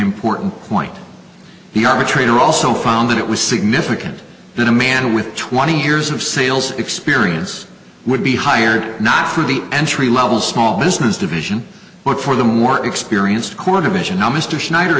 important point the arbitrator also found that it was significant that a man with twenty years of sales experience would be hired not for the entry level small business division but for the more experienced corps division now mr schneider